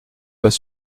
pas